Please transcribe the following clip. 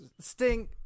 Sting